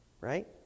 Right